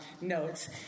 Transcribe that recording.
notes